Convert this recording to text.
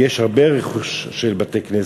כי יש רכוש רב של בתי-כנסת,